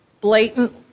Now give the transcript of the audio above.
blatant